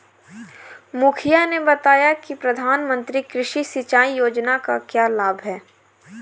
मुखिया ने बताया कि प्रधानमंत्री कृषि सिंचाई योजना का क्या लाभ है?